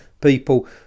people